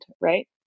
Right